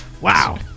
Wow